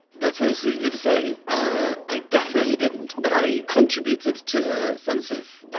that's very sweet of you to say. i definitely didn't, but i contributed to a sense of